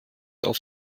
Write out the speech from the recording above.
auf